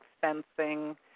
fencing